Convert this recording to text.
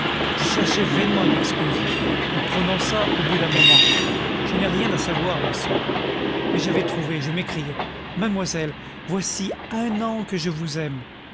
je cherchais vainement une excuse elle prononça au bout d'un moment je n'ai rien à savoir monsieur mais j'avais trouvé je m'écriai mademoiselle voici un an que je vous aime